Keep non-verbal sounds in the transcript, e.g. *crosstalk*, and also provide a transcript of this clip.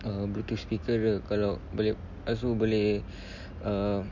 um bluetooth speaker dia kalau boleh lepas tu boleh *breath* uh